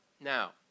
now